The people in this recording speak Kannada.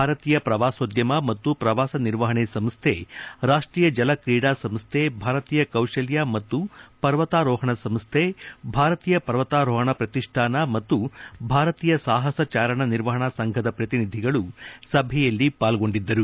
ಭಾರತೀಯ ಪ್ರವಾಸೋದ್ಯಮ ಮತ್ತು ಪ್ರವಾಸ ನಿರ್ವಹಣೆ ಸಂಸ್ಡೆ ರಾಷ್ಟೀಯ ಜಲ ಕ್ರೀಡಾ ಸಂಸ್ಡೆ ಭಾರತೀಯ ಕೌಶಲ್ಯ ಮತ್ತು ರ್ವತಾರೋಹಣ ಸಂಸ್ಲೆ ಭಾರತೀಯ ರ್ವತಾರೋಹಣ ಪ್ರತಿಷ್ಣಾನ ಮತ್ತು ಭಾರತೀಯ ಸಾಹಸ ಚಾರಣ ನಿರ್ವಹಣಾ ಸಂಘದ ಪ್ರತಿನಿಧಿಗಳು ಸಭೆಯಲ್ಲಿ ಪಾಲ್ಗೊಂಡಿದ್ದರು